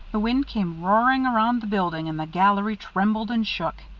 the wind came roaring around the building, and the gallery trembled and shook.